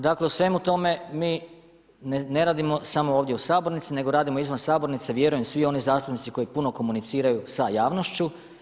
Dakle, u svemu tome mi ne radimo samo ovdje u sabornici nego radimo izvan sabornice, vjerujem svi oni zastupnici koji puno komuniciraju sa javnošću.